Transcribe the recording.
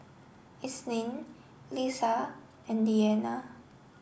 Isnin Lisa and Diyana